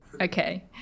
Okay